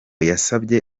yasabye